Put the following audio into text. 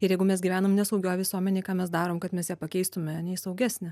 ir jeigu mes gyvenam nesaugioj visuomenėj ką mes darom kad mes ją pakeistume į saugesnę